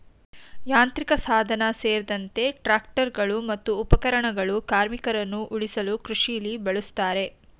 ಯಾಂತ್ರಿಕಸಾಧನ ಸೇರ್ದಂತೆ ಟ್ರಾಕ್ಟರ್ಗಳು ಮತ್ತು ಉಪಕರಣಗಳು ಕಾರ್ಮಿಕರನ್ನ ಉಳಿಸಲು ಕೃಷಿಲಿ ಬಳುಸ್ತಾರೆ